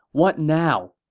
what now!